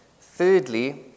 Thirdly